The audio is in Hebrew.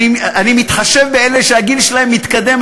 אני מתחשב באלה שהגיל שלהם מתקדם,